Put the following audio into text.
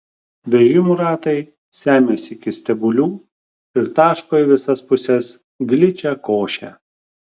vežimų ratai semiasi iki stebulių ir taško į visas puses gličią košę